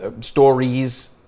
stories